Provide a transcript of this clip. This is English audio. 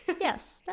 Yes